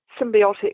symbiotic